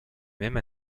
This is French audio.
même